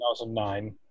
2009